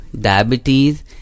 Diabetes